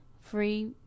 Free